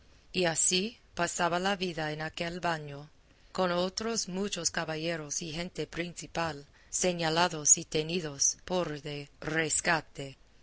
y así pasaba la vida en aquel baño con otros muchos caballeros y gente principal señalados y tenidos por de rescate